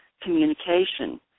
communication